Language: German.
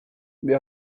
wir